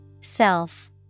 Self